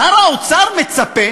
שר האוצר מצפה